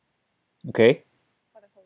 okay